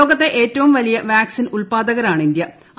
ലോകത്തെ ഏറ്റവും വലിയ വാക്സിൻ ഉല്പാദകരാണ് ഇന്തൃ